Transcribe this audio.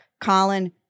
Colin